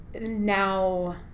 now